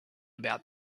about